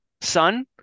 son –